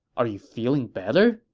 are you feeling better?